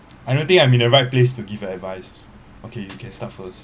I don't think I'm in the right place to give advice okay you can start first